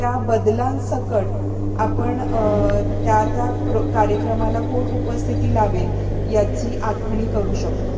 त्या बदलांसकट आपण त्या त्या प्रो कार्यक्रमाला कोण उपस्थिती लावेल याची आखणी करू शकतो